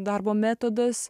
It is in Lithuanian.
darbo metodas